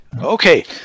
Okay